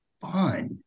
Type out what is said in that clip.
fun